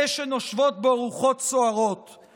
זה שנושבות בו רוחות סוערות.